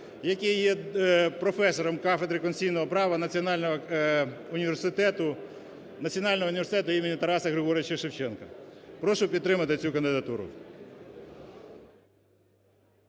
який є професором кафедри конституційного права Національного університету імені Тараса Григоровича Шевченка. Прошу підтримати цю кандидатуру.